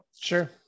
Sure